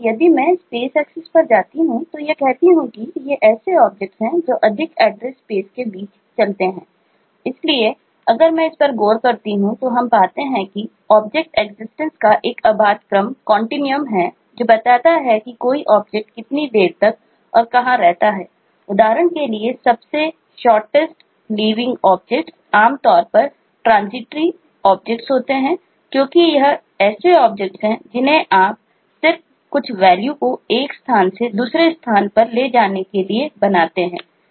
यदि मैं space axis जिन्हें आप सिर्फ कुछ value को एक स्थान से दूसरे स्थान पर ले जाने के लिए बनाया जाता है